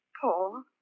Paul